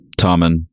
Tommen